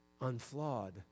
unflawed